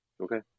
Okay